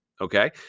okay